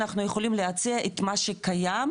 אנחנו יכולים להציע את מה שקיים,